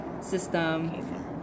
system